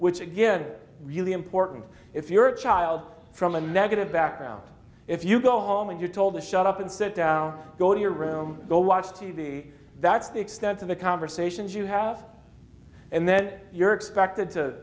which again really important if you're a child from a negative background if you go home and you're told to shut up and sit down go to your room go watch t v that's the extent of the conversations you have and then you're expected to